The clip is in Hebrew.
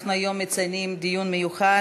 אנחנו מציינים היום בדיון מיוחד